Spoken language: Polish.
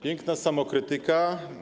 Piękna samokrytyka.